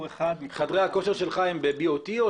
חדרי הכושר שלך הם ה-BOT?